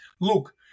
Look